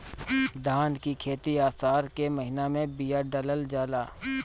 धान की खेती आसार के महीना में बिया डालल जाला?